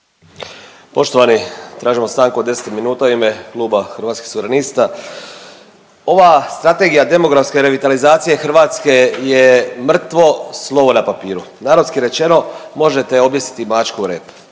Poštovani, tražimo stanku od 10 minuta u ime kluba Hrvatskih suvernista. Ova strategije demografske revitalizacije Hrvatske je mrtvo slovo na papiru, narodski rečeno možete je objesiti mačku od